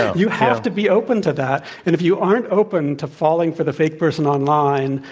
you have to be open to that. and if you aren't open to falling for the fake person online,